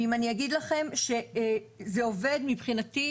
מבחינתי, כאוהבת טבע,